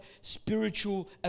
spiritual